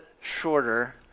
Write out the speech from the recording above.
shorter